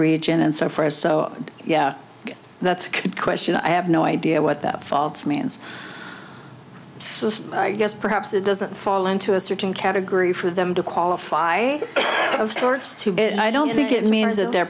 region and so for us so yeah that's a good question i have no idea what that false means so i guess perhaps it doesn't fall into a certain category for them to qualify of sorts and i don't think it means that the